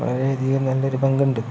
വളരെയധികം നല്ലൊരു പങ്കുണ്ട്